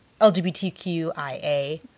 lgbtqia